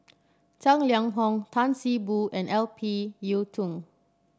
Tang Liang Hong Tan See Boo and Ip Yiu Tung